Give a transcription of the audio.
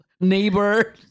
neighbor